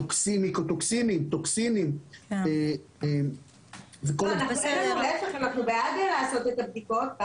טוקסינים --- אנחנו בעד לעשות את הבדיקות.